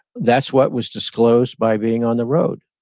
that's what was disclosed by being on the road.